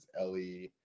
Ellie